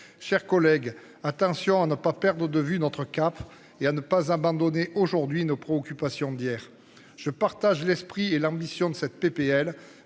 chers collègues. Attention à ne pas perdre de vue notre cap et à ne pas abandonner aujourd'hui nos préoccupations d'hier. Je partage l'esprit et l'ambition de cette PPL